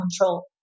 control